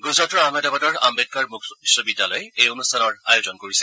গুজৰাটৰ আহমেদাবাদৰ আম্বেদকাৰ মুক্ত বিশ্ববিদ্যালয়ে এই অনুষ্ঠানৰ আয়োজন কৰিছে